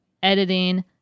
Editing